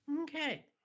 okay